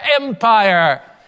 empire